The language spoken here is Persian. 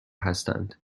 هستند